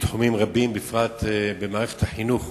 בתחומים רבים, בפרט במערכת החינוך,